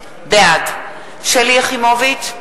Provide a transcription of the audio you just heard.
בעד שלי יחימוביץ,